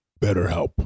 BetterHelp